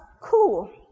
cool